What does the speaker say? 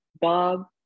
Bob